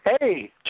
Hey